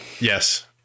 Yes